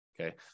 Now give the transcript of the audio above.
Okay